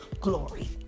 glory